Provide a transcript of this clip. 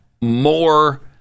more